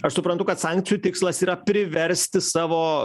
aš suprantu kad sankcijų tikslas yra priversti savo